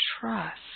trust